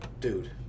dude